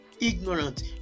ignorant